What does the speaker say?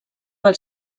pel